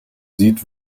sieht